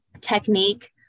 technique